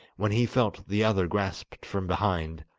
when he felt the other grasped from behind,